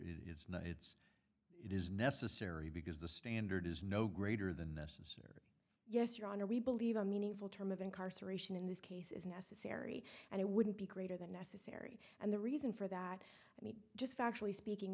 not it's it is necessary because the standard is no greater than necessary yes your honor we believe a meaningful term of incarceration in this case is necessary and it wouldn't be greater than necessary and the reason for that let me just factually speaking